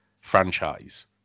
franchise